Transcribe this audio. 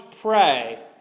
pray